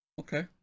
Okay